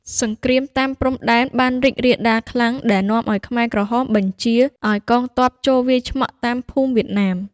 សង្គ្រាមតាមព្រំដែនបានរីករាលដាលខ្លាំង ដែលនាំឱ្យខ្មែរក្រហមបញ្ជាឱ្យកងទ័ពចូលវាយឆ្មក់តាមភូមិវៀតណាម។